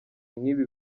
nk’ibi